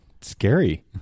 scary